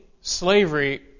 slavery